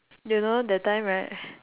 you know that time right